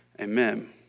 Amen